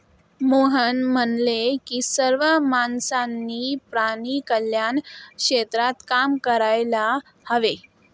मोहन म्हणाले की सर्व माणसांनी प्राणी कल्याण क्षेत्रात काम करायला हवे